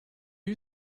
you